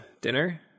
dinner